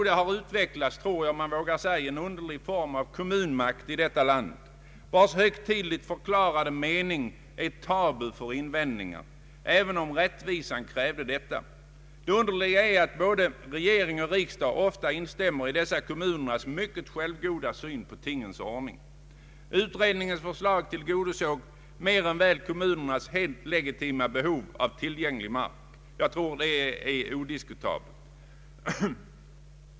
Det har utvecklats, det vågar jag säga, en underlig form av kommunmakt i detta land vars högtidligt förklarade mening är tabu för invändningar även om rättvisan kräver detta. Det underliga är att både regering och riksdag oftast instämmer i denna kommu nernas mycket självgoda syn på tingens ordning. Utredningens förslag tillgodosåg mer än väl kommunernas helt legitima behov av tillgänglig mark. Jag tror detta är odiskutabelt.